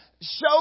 Show